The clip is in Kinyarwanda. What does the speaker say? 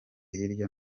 hirya